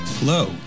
Hello